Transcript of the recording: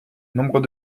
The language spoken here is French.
nombre